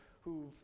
who've